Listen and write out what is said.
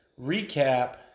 recap